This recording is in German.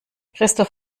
christoph